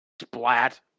splat